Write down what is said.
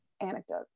anecdote